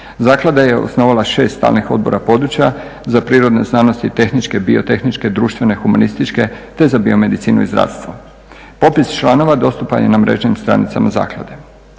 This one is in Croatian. Zaklada je osnovala 6 stalnih odbora područja za prirodne znanosti i tehničke, biotehničke, društvene, humanističke te za biomedicinu i zdravstvo. Popis članova dostupan je na mrežnim stranicama zaklade.